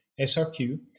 SRQ